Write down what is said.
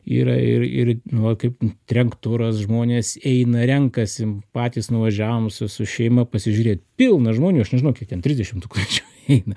yra ir ir nu va kaip trenkturas žmonės eina renkasi patys nuvažiavom su su šeima pasižiūrėt pilna žmonių nežinau kiek ten trisdešimt tūkstančių eina